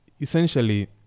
essentially